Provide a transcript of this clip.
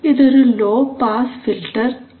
ഇതൊരു low pass filter ആണ്